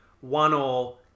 one-all